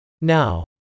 Now